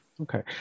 Okay